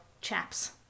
chaps